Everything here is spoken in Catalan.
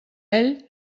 ell